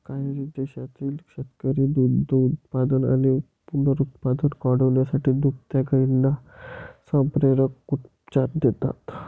काही देशांतील शेतकरी दुग्धोत्पादन आणि पुनरुत्पादन वाढवण्यासाठी दुभत्या गायींना संप्रेरक उपचार देतात